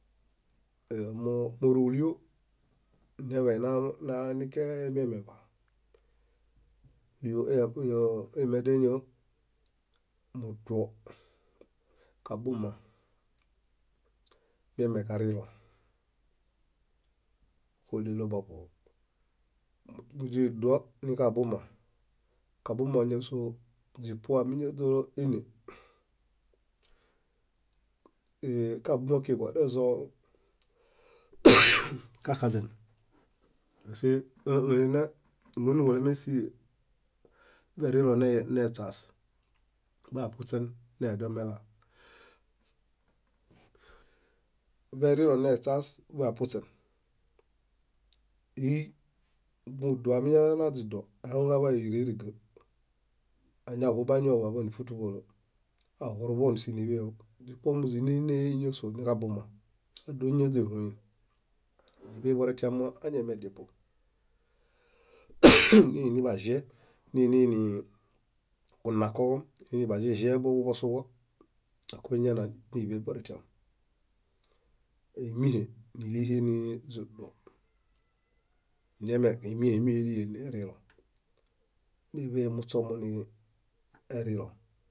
Mórolio yimedialñio, buo, kabuma, mieme karirõ kóɭelo buḃuɦu, źiduo nikabuma, kabuma ñásoo, źipuo amiñaźoéne, kiġabumaki kuerezõ kaxaźen pase monimulesi elironeśas, biḃapuśen neledomelaya. Verironeśas biḃapuśen. Yí źiduo amiñana źiduo ahaŋu kaḃai éhiro ériga añaɦu bañõmbo aḃaan nífutumbolo. aɦuruḃo síniḃeḃolo. Zipuo móźinenee ñáso níġabuma ádoiñaźoɦoen niḃeboretiam moañamefepu nimuini baŝie niinini kanakoġom, baŝiekuḃosuġo ákoniñana níḃeboretiam ímiehe nílihe nizibo. Mieme ímiehemilie nieliroŋ niġuli muśomo neliroŋ